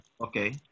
Okay